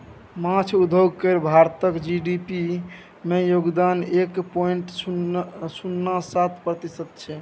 माछ उद्योग केर भारतक जी.डी.पी मे योगदान एक पॉइंट शुन्ना सात प्रतिशत छै